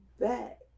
back